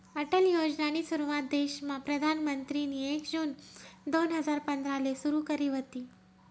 अटल योजनानी सुरुवात देशमा प्रधानमंत्रीनी एक जून दोन हजार पंधराले सुरु करी व्हती